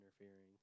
interfering